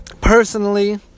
Personally